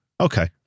okay